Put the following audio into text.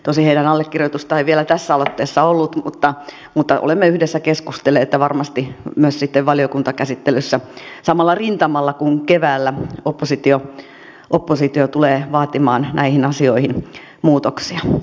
tosin heidän allekirjoitustaan ei vielä tässä aloitteessa ollut mutta olemme yhdessä keskustelleet ja varmasti myös sitten valiokuntakäsittelyssä samalla rintamalla kuin keväällä oppositio tulee vaatimaan näihin asioihin muutoksia